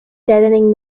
deadening